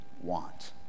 want